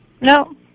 No